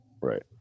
Right